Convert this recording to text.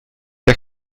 der